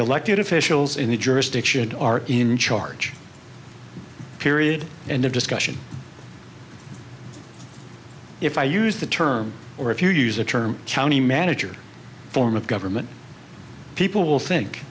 elected officials in the jurisdiction are in charge period end of discussion if i use the term or if you use the term county manager form of government people will think